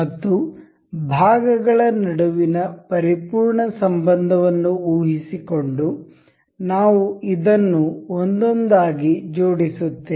ಮತ್ತು ಭಾಗಗಳ ನಡುವಿನ ಪರಿಪೂರ್ಣ ಸಂಬಂಧವನ್ನು ಊಹಿಸಿಕೊಂಡು ನಾವು ಇದನ್ನು ಒಂದೊಂದಾಗಿ ಜೋಡಿಸುತ್ತೇವೆ